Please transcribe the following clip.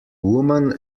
woman